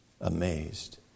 amazed